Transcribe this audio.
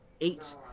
eight